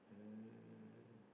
um